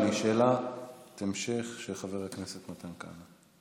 שאלת המשך של חבר הכנסת מתן כהנא.